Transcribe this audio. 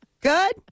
Good